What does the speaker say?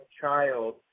child